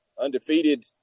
undefeated